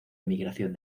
emigración